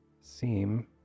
seem